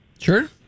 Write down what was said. Sure